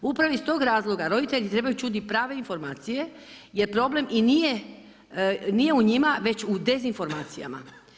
Upravo iz tog razloga roditelji trebaju čuti prave informacije jer problem i nije u njima već u dezinformacijama.